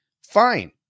fine